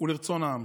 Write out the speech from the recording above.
ולרצון העם.